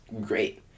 great